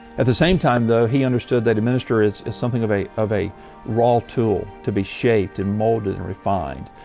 at the same time though he understood that a minister is is something of a of a raw tool to be shaped and moulded and refined.